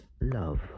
Love